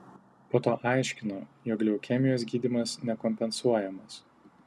po to aiškino jog leukemijos gydymas nekompensuojamas